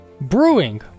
brewing